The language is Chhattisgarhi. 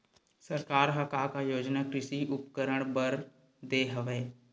सरकार ह का का योजना कृषि उपकरण बर दे हवय?